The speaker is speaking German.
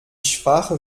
schwache